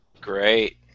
Great